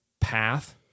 path